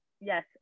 yes